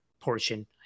portion